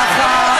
ככה?